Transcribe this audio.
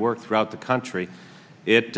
work throughout the country it